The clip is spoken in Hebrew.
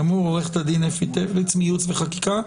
טפליץ מייעוץ וחקיקה.